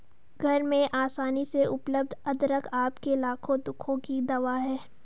घर में आसानी से उपलब्ध अदरक आपके लाखों दुखों की दवा है